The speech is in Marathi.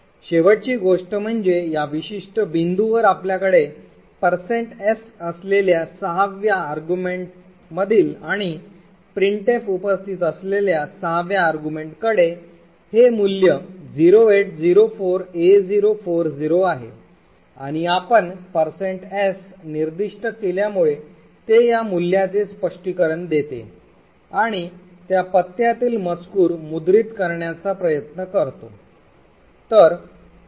शेवटची गोष्ट म्हणजे या विशिष्ट बिंदूवर आपल्याकडे s असलेल्या सहाव्या वितर्कातील आणि printf उपस्थित असलेल्या सहाव्या argument कडे हे मूल्य 0804a040 आहे आणि आपण s निर्दिष्ट केल्यामुळे ते या मूल्याचे स्पष्टीकरण देते आणि त्या पत्त्यातील मजकूर मुद्रित करण्याचा प्रयत्न करतो